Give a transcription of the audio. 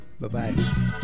Bye-bye